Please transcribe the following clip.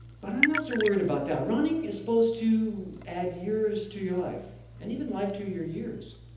but i'm not so worried about that running is supposed to add years to your life, and even life to your years.